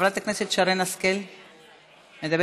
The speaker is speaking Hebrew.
חברת הכנסת שרן השכל, מדברת?